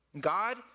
God